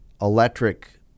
electric